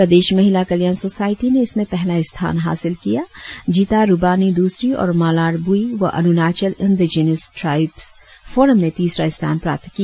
प्रदेश महिला कल्याण सोसायटी ने इसमें पहला स्थान हासिल किया जिता रिबा ने दूसरी और मालार बूई व अरुणाचल इंडिजिनियश ट्राईब्स फोरम ने तीसरा स्थान प्राप्त किया